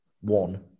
one